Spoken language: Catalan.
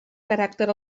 caràcter